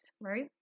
right